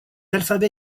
alphabet